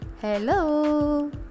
Hello